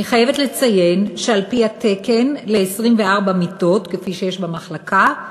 אני חייבת לציין שעל-פי התקן ל-24 מיטות כפי שיש במחלקה,